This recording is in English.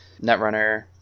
Netrunner